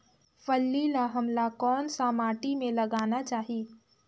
फल्ली ल हमला कौन सा माटी मे लगाना चाही?